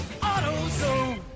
AutoZone